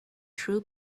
true